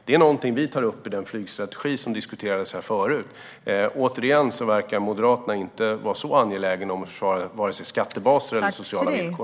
Det är någonting som vi tar upp i den flygstrategi som diskuterades här förut. Återigen verkar Moderaterna inte vara så angelägna om att försvara vare sig skattebaser eller sociala villkor.